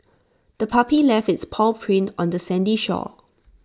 the puppy left its paw prints on the sandy shore